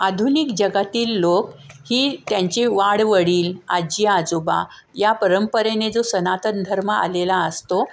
आधुनिक जगातील लोक ही त्यांची वाडवडील आजी आजोबा या परंपरेने जो सनातन धर्म आलेला असतो